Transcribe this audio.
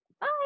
Bye